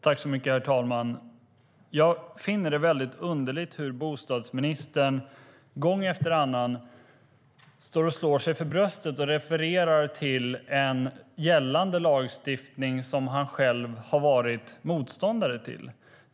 Herr talman! Jag finner det underligt hur bostadsministern gång efter annan slår sig för bröstet och refererar till en gällande lagstiftning som han själv har varit motståndare till.